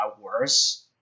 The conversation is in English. worse